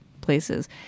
places